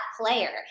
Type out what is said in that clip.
player